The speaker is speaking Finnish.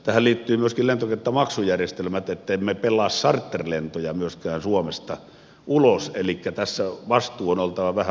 tähän liittyvät myöskin lentokenttämaksujärjestelmät ettemme myöskään pelaa charterlentoja suomesta ulos elikkä tässä vastuun on oltava vähän laajempi